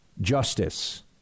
Justice